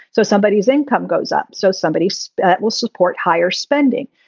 so somebody whose income goes up. so somebody so will support higher spending.